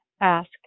ask